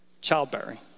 childbearing